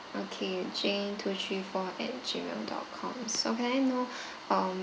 okay jane two three four at Gmail dot com so can I know um